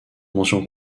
mention